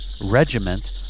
regiment